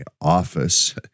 office